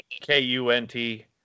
K-U-N-T